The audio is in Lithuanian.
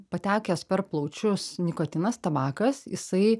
patekęs per plaučius nikotinas tabakas jisai